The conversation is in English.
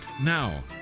now